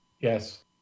Yes